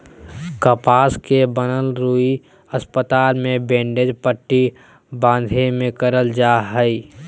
कपास से बनल रुई अस्पताल मे बैंडेज पट्टी बाँधे मे करल जा हय